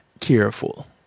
careful